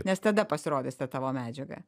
nes tada pasirodys ta tavo medžiaga